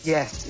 Yes